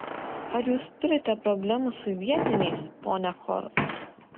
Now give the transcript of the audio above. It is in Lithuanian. ar jūs turite problemų su vietiniais ponia hor